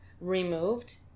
removed